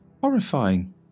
horrifying